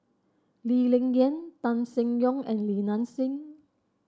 Lee Ling Yen Tan Seng Yong and Li Nanxing